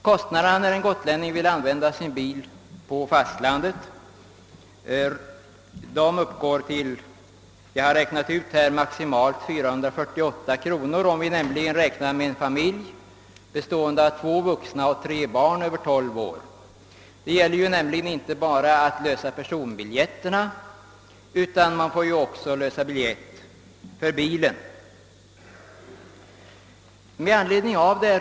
Kostnaderna när en gotlänning vill använda sin bil på fastlandet uppgår till maximalt 448 kronor, om vi räknar med en familj bestående av två vuxna och tre barn över 12 år. Det gäller nämligen inte bara att lösa personbiljetter, utan man måste också lösa biljett för bilen.